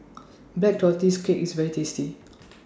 Black Tortoise Cake IS very tasty